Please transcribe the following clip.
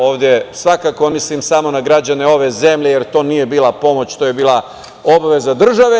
Ovde svakako ne mislim samo na građane ove zemlje, jer to nije bila pomoć, to je bila obaveza države.